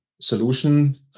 solution